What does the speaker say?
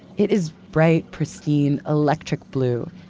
it is bright, pristine, electric blue.